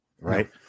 right